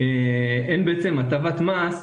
אין בעצם הטבת מס,